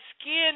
skin